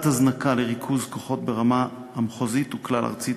הזנקה לריכוז כוחות ברמה המחוזית והכלל-ארצית,